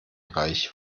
reich